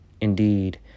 Indeed